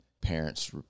parents